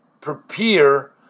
prepare